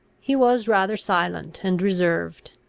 he was rather silent and reserved.